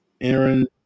Aaron